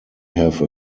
have